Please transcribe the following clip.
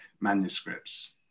manuscripts